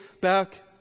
back